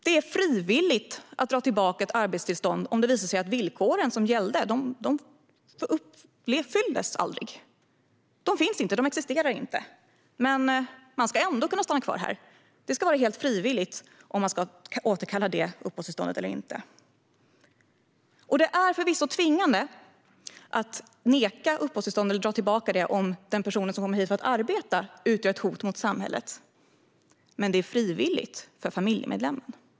Det är frivilligt att dra tillbaka ett arbetstillstånd om det visar sig att de villkor som skulle gälla aldrig uppfylldes, inte existerade. Personen ska kunna stanna kvar här ändå. Det ska vara helt frivilligt att återkalla det uppehållstillståndet. Det är förvisso tvingande att neka uppehållstillstånd eller dra tillbaka det om den person som kommer hit för att arbeta utgör ett hot mot samhället. Men det är frivilligt för familjemedlemmarna.